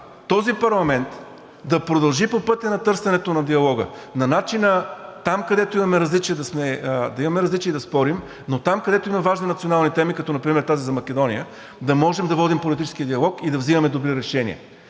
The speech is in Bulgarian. този парламент да продължи по пътя на търсенето на диалога, на начина там, където имаме различия, да имаме различия и да спорим, но там, където има важни национални теми, като например тази за Македония, да можем да водим политически диалог и да взимаме добри решения.